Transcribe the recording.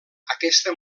aquesta